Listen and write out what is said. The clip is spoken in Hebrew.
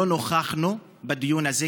לא נוכחנו בדיון הזה,